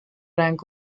rank